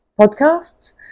podcasts